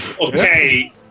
Okay